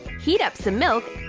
heat up some milk.